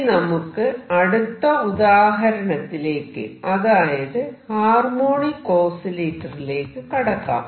ഇനി നമുക്ക് അടുത്ത ഉദാഹരണത്തിലേക്ക് അതായത് ഹാർമോണിക് ഓസിലേറ്ററിലേക്ക് കടക്കാം